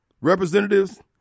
Representatives